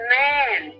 man